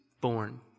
born